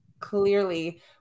clearly